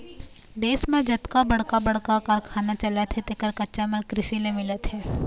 देश म जतका बड़का बड़का कारखाना चलत हे तेखर कच्चा माल कृषि ले मिलत हे